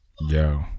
Yo